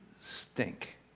stink